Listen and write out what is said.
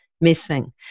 missing